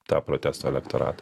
tą protesto elektoratą